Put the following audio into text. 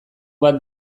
bat